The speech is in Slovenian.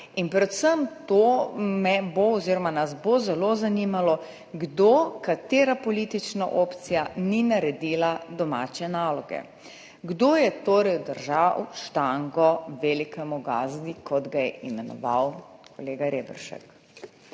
Zanimalo me bo oziroma nas bo predvsem to, kdo, katera politična opcija ni naredila domače naloge. Kdo je torej držal štango velikemu gazdi, kot ga je imenoval kolega Reberšek?